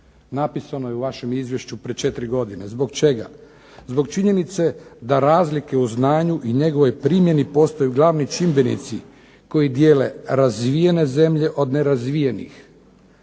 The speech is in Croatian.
napisano je u vašem izvješću prije 4 godine. Zbog čega? Zbog činjenice da razlike u znanju i njegovoj primjeni postaju glavni čimbenici koji dijele razvijene zemlje od nerazvijenih.